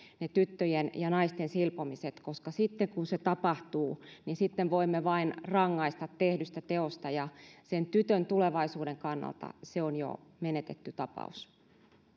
ne tyttöjen ja naisten silpomiset koska sitten kun se tapahtuu sitten voimme vain rangaista tehdystä teosta ja sen tytön tulevaisuuden kannalta se on jo menetetty tapaus